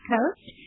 Coast